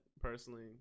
personally